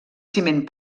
ciment